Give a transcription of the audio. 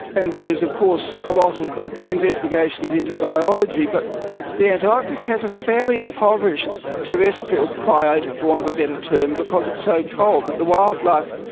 and there is of course a lot of of ah investigations into biology. but the antarctic has a fairly impoverished terrestrial biota, for want of a better term, because it's so cold, that the wildlife,